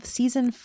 season